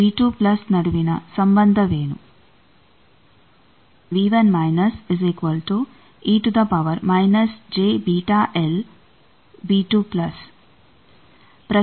ಆದ್ದರಿಂದ ಮತ್ತು ನಡುವಿನ ಸಂಬಂಧವೆನು